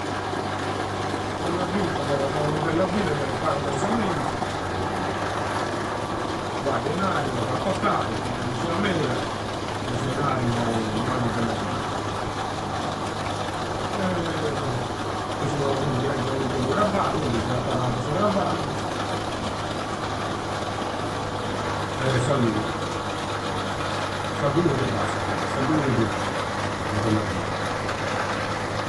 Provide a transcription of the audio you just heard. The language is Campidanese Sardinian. Bella vita, po passai ua bella vida cheria pagu penzzamentu. U pagu e inari togada pottai, mancai non sia meda. Chenze inari no no è ua bella vida. Finza chi tengiada u bellu traballu, poi. Si è appagau de su traballu e salludi. Salludi e bastada, cheria. Salludi e dinari po ua bella vida.